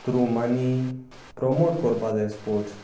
through money promote करपा जाय sports